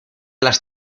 las